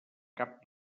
cap